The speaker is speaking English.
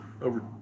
over